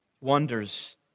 wonders